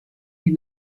die